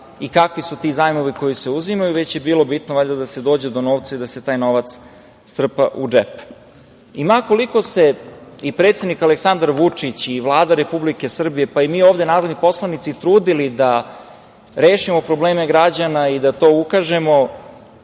kakvi su ti zajmovi koji se uzimaju, već je bilo bitno kako da se dođe do novca i da se taj novac strpa u džep. Ma koliko se i predsednik Aleksandar Vučić i Vlada Republike Srbije, pa i mi ovde narodni poslanici trudili da rešimo probleme građana i da na to ukažemo,